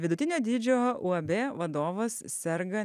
vidutinio dydžio uab vadovas serga